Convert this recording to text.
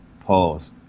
Pause